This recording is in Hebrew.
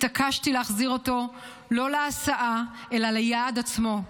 התעקשתי להסיע אותו לא להסעה אלא ליעד עצמו,